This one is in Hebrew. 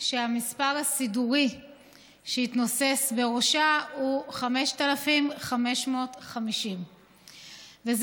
שהמספר הסידורי שהתנוסס בראשה הוא 5550. זה